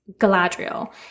Galadriel